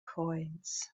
coins